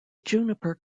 juniper